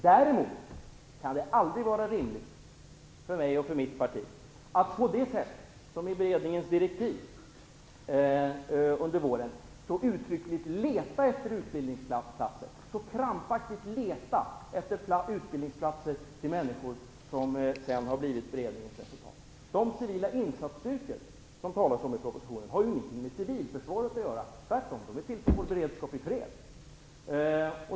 Däremot kan det aldrig vara rimligt för mig och mitt parti att på det sätt som angavs i beredningens direktiv under våren så uttryckligt och krampaktigt leta efter utbildningsplatser till människor, vilket sedan har blivit beredningens resultat. De civila insatsstyrkor som talas om i propositionen har inget med civilförsvaret att göra, tvärtom. De är till för vår beredskap i fred.